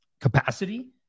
capacity